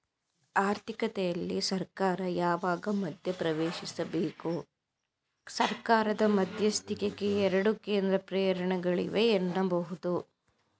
ಆರ್ಥಿಕತೆಯಲ್ಲಿ ಸರ್ಕಾರ ಯಾವಾಗ ಮಧ್ಯಪ್ರವೇಶಿಸಬೇಕು? ಸರ್ಕಾರದ ಮಧ್ಯಸ್ಥಿಕೆಗೆ ಎರಡು ಕೇಂದ್ರ ಪ್ರೇರಣೆಗಳಿವೆ ಎನ್ನಬಹುದು